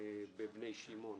בבני שמעון